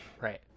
Right